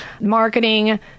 marketing